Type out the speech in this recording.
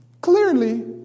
Clearly